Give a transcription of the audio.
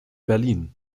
berlin